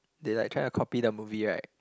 they like trying to copy the movie right